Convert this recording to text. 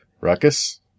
ruckus